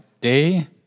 day